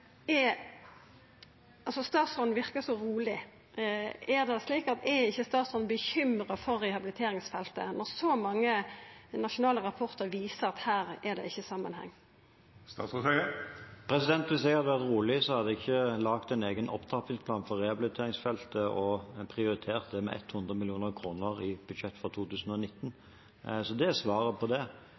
er: Statsråden verkar så roleg – er ikkje statsråden bekymra for rehabiliteringsfeltet når så mange nasjonale rapportar viser at her er det ikkje samanheng? Hvis jeg hadde vært rolig, hadde jeg ikke laget en egen opptrappingsplan for rehabiliteringsfeltet og prioritert det med 100 mill. kr i budsjettet for 2019. Det er svaret på det.